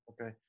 Okay